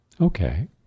Okay